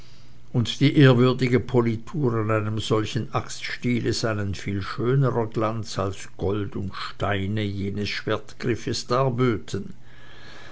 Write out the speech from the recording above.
und die ehrwürdige politur an einem solchen axtstiele sei ein viel schönerer glanz als gold und steine jenes schwertgriffes darböten